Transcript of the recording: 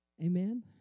Amen